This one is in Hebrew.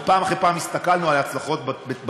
ופעם אחרי פעם הסתכלנו על ההצלחות במרכז,